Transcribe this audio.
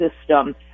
system